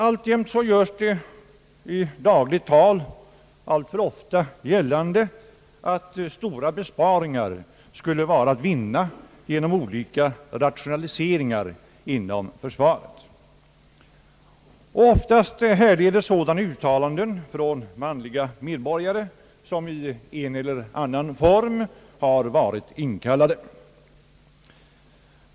Alltjämt görs det i dagligt tal alltför ofta gällande, att stora besparingar skulle vara att vinna genom olika rationaliseringar inom försvaret. Oftast härleder sådana uttalanden från manliga medborgare, som i en eller annan form har varit inkallade.